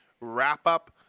Wrap-Up